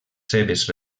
seves